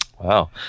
Wow